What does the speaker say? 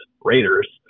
Raiders